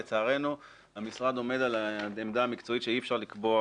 לצערנו המשרד עומד על העמדה המקצועית שאי אפשר לקבוע